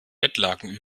bettlaken